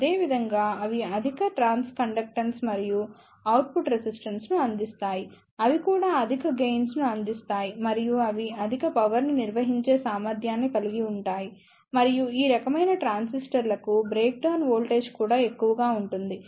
అదేవిధంగా అవి అధిక ట్రాన్స్కండక్టెన్స్ మరియు అవుట్పుట్ రెసిస్టెన్స్ ను అందిస్తాయి అవి కూడా అధిక గెయిన్స్ ను అందిస్తాయి మరియు అవి అధిక పవర్ ని నిర్వహించే సామర్థ్యాన్ని కలిగి ఉంటాయి మరియు ఈ రకమైన ట్రాన్సిస్టర్లకు బ్రేక్డౌన్ వోల్టేజ్ కూడా ఎక్కువగా ఉంటుంది